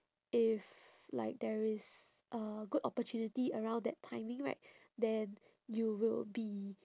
if like there is a good opportunity around that timing right then you will be